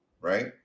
right